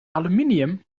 aluminium